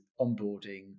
onboarding